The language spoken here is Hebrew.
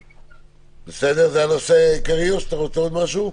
זה הנושא העיקרי או שאתה רוצה עוד משהו?